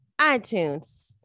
iTunes